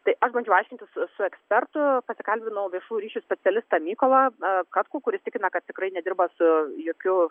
tai aš bandžiau aiškintis su ekspertu pasikalbinau viešųjų ryšių specialistą mykolą katkų kuris tikina kad tikrai nedirba su jokiu